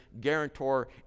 guarantor